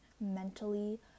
mentally